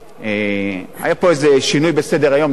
היה פה איזה שינוי בסדר-היום,